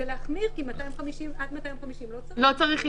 זה להחמיר, כי עד 250 לא צריך אישור.